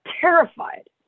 terrified